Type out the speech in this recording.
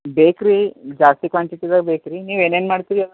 ಬೇಕು ಜಾಸ್ತಿ ಕ್ವಾಂಟಿಟಿದೆ ಬೇಕು ರಿ ನೀವು ಏನೇನು ಮಾಡ್ತೀರಿ